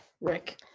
Rick